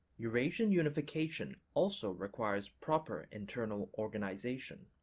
eurasian unification also requires proper internal organization.